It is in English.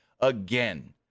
again